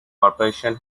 cooperation